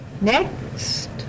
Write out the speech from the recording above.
Next